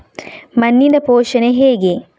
ಮಣ್ಣಿನ ಪೋಷಣೆ ಹೇಗೆ?